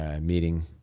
meeting